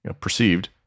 perceived